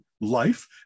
life